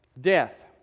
death